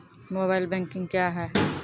Mobile banking क्या हैं?